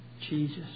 Jesus